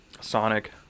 Sonic